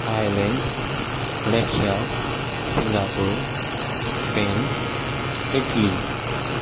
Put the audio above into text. Thailand Russia Singapore Spain Italy